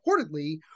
reportedly